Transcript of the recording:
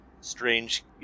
strange